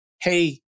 Hey